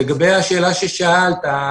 לגבי השאלה ששאלת,